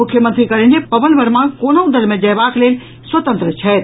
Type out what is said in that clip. मुख्यमंत्री कहलनि जे पवन वर्मा कोनहु दल मे जयबाक लेल स्वतंत्र छथि